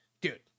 Dude